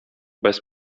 bez